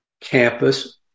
campus